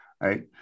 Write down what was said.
Right